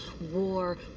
War